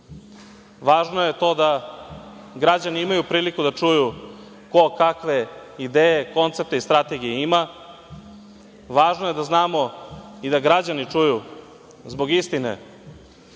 važno je to da građani imaju priliku da čuju ko kakve ideje, koncepte i strategije ima, važno je da znamo i da građani čuju zbog istine,